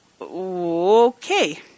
okay